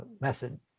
method